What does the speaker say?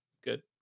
good